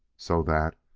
so that,